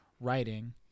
writing